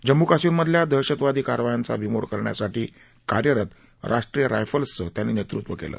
जम्मू काश्मीरमधल्या दहशतवादी कारवायांचा बीमोड करण्यासाठी कार्यरत राष्ट्रीय रायफल्सचं त्यांनी नेतृत्व केलं